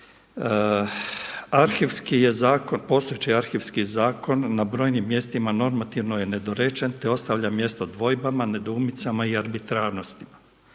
Arhivski je zakon, postojeći Arhivski zakon na brojnim mjestima normativno je nedorečen, te ostavlja mjesto dvojbama, nedoumicama i arbitrarnosti.